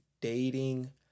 dating